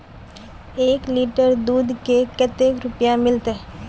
एक लीटर दूध के कते रुपया मिलते?